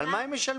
על מה הם משלמים?